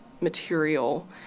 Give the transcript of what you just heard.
material